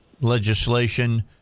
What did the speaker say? legislation